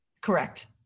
Correct